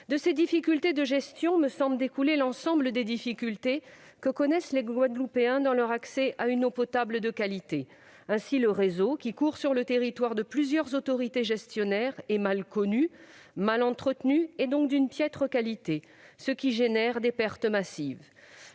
De ces difficultés de gestion me semblent découler l'ensemble des difficultés que connaissent les Guadeloupéens dans leur accès à une eau potable de qualité. Ainsi, le réseau, qui court sur le territoire de plusieurs autorités gestionnaires, est mal connu, mal entretenu et partant de piètre qualité. En résultent des pertes massives.